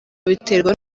biterwa